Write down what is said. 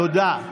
תודה.